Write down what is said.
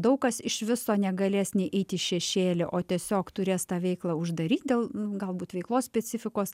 daug kas iš viso negalės nei eit į šešėlį o tiesiog turės tą veiklą uždaryt dėl galbūt veiklos specifikos